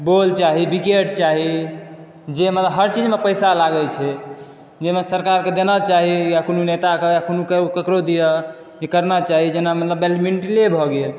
ball चाही wicket चाही जाहिमे मतलब हर चीजमे पैसा लागै छै जाहिमे सरकारके देना चाही या कोनो नेता के केकरो दिए जे करना चाही जेना मतलब बैडमिंट ने भए गेल